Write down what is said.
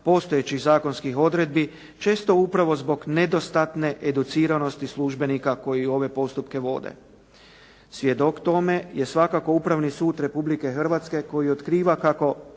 postojećih zakonskih odredbi često upravo zbog nedostatne educiranosti službenika koji ove postupke vode. Svjedok tome je svakako Upravni sud Republike Hrvatske koji otkriva kako